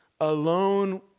alone